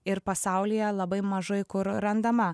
ir pasaulyje labai mažai kur randama